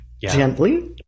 gently